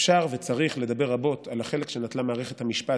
אפשר וצריך לדבר רבות על הדרך שנטלה מערכת המשפט